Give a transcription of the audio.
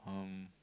um